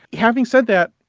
having said that,